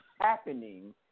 happening